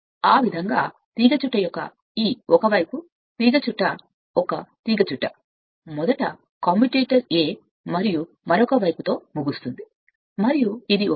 కాబట్టి ఆ విధంగా తీగచుట్ట యొక్క ఈ ఒక వైపు తీగచుట్ట ఒక తీగచుట్ట మొదట కమ్యుటేటర్ a మరియు మరొక వైపుతో ముగుస్తుంది మరియు ఇది ఒక